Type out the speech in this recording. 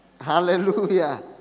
Hallelujah